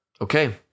Okay